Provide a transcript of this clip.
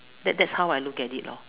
that that is how I look at it